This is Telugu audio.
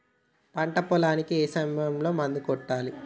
పంట పొలానికి ఏ సమయంలో మందులు కొట్టాలి?